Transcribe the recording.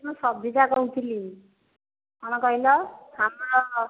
ମୁଁ ସବିତା କହୁଥିଲି କ'ଣ କହିଲ ଆମର